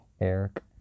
Eric